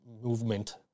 movement